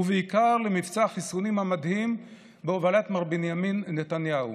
ובעיקר למבצע החיסונים המדהים בהובלת מר בנימין נתניהו,